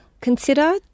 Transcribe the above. Consider